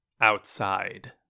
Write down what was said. outside